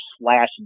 slash